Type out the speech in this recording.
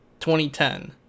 2010